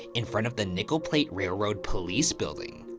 in front of the nickel plate railroad police building.